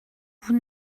vous